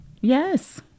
Yes